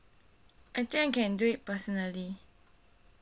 I think can do it personally